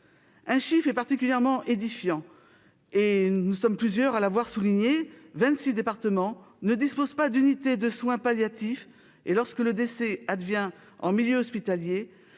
Un chiffre est particulièrement édifiant, nous sommes plusieurs à l'avoir souligné : vingt-six départements ne disposent pas d'unité de soins palliatifs. Lorsque le décès advient en milieu hospitalier,